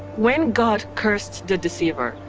when god cursed the deceiver,